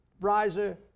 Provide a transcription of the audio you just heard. Riser